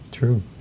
true